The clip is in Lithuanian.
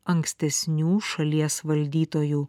ankstesnių šalies valdytojų